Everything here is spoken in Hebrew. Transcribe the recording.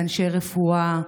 לאנשי רפואה,